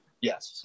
Yes